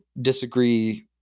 disagree